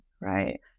right